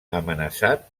amenaçat